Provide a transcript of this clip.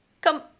Come